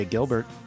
Gilbert